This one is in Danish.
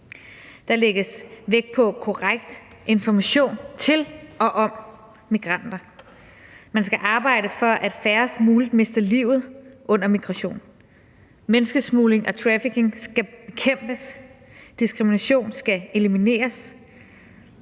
Der lægges vægt på korrekt information til og om migranter. Man skal arbejde for, at færrest mulige mister livet under migration. Menneskesmugling og trafficking skal bekæmpes. Diskrimination skal elimineres.